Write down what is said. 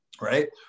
Right